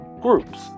groups